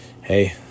hey